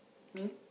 me